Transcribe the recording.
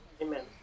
Amen